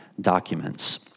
documents